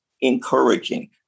encouraging